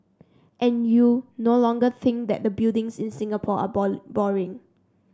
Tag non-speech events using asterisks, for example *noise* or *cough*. and you no longer think that the buildings in Singapore are *unintelligible* boring